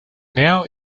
now